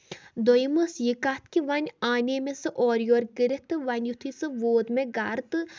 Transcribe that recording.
دوٚیِم ٲسۍ یہِ کَتھ کہِ وۄنۍ انیٚے مےٚ سُہ اورٕ یور کٔرِتھ تہٕ وۄنۍ یِتھُے سُہ ووت مےٚ گرٕ تہٕ